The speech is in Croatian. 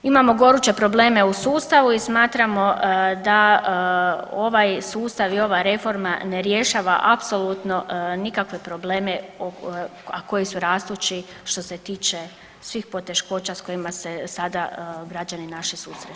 Imamo goruće probleme u sustavu i smatramo da onaj sustav i ova reforma ne rješava apsolutno nikakve probleme, a koji su rastući što se tiče svih poteškoća s kojima se sada građani naši susreću.